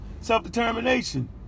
Self-determination